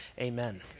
amen